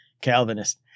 Calvinist